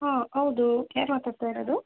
ಹಾಂ ಹೌದು ಯಾರು ಮಾತಾಡ್ತಾ ಇರೋದು